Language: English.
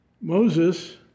Moses